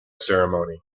ceremony